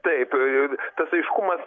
taip ir tas aiškumas